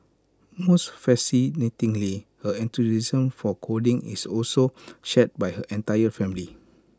most fascinatingly her enthusiasm for coding is also shared by her entire family